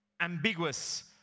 ambiguous